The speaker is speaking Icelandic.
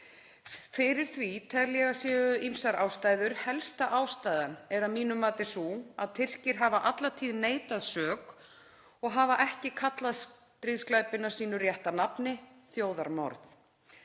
Fyrir því tel ég að séu ýmsar ástæður. Helsta ástæðan er að mínu mati sú að Tyrkir hafa alla tíð neitað sök og hafa ekki kallað stríðsglæpi sínu rétta nafni; þjóðarmorð.